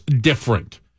different